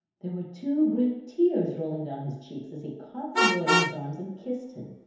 there were two great tears rolling down his cheeks as he caught the boy in his arms and kissed him.